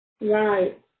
Right